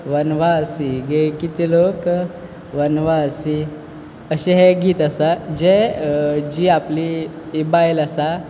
वनवाशी गे किती लोक वनवासी अशें हें गीत जें आसा जें जी आपली बायल आसा